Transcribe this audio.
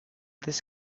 this